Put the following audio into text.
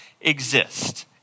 exist